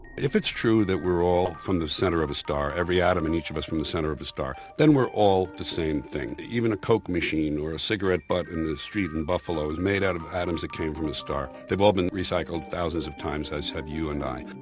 if it's true that we're all from the center of a star, every atom on each of us from the center of a star, then we're all the same thing. even a coke machine or a cigarette butt in the street in buffalo is made out of atoms that came from a star. they've all been recycled thousands of times, as have you and i.